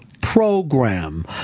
program